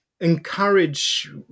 encourage